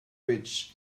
ridge